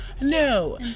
no